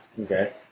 Okay